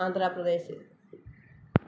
Andhra Pradesh